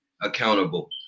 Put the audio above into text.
accountable